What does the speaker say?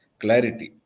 clarity –